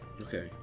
Okay